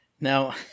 Now